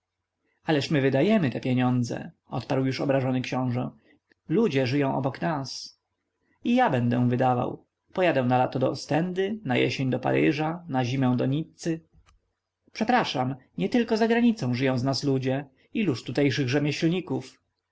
ależ my wydajemy te pieniądze odparł już obrażony książe ludzie żyją około nas i ja będę wydawał pojadę na lato do ostendy na jesień do paryża na zimę do nizzy przepraszam nietylko zagranicą żyją z nas ludzie iluż tutejszych rzemieślników